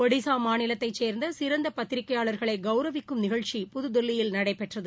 ஒடிசா மாநிலத்தைச் சேர்ந்த சிறந்த பத்திரிகையாளர்களை கவுரவிக்கும் நிகழ்ச்சி புதுதில்லியில் நடைபெற்றது